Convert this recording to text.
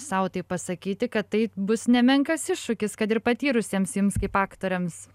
sau taip pasakyti kad tai bus nemenkas iššūkis kad ir patyrusiems jums kaip aktoriams